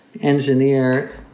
engineer